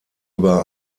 über